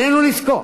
עלינו לזכור